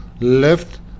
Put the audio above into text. left